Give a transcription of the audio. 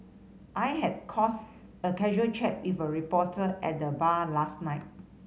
I had cause a casual chat with a reporter at the bar last night